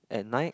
at night